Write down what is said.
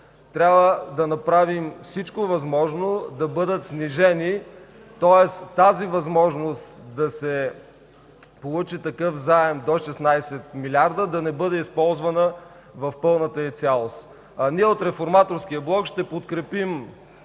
трябва да направим всичко възможно, за да бъдат снижени тези дефицити, тоест възможността да се получи заем до 16 милиарда да не бъде използвана в пълната й цялост. Ние от Реформаторския блок ще подкрепим